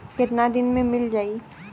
कितना दिन में मील जाई?